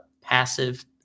passive